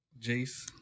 Jace